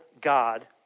God